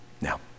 Now